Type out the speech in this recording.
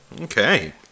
Okay